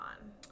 on